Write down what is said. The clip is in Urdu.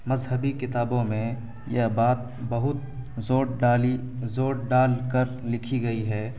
مذہبی کتابوں میں یہ بات بہت زور ڈالی زور ڈال کر لکھی گئی ہے